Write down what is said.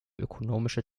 ökonomische